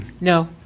No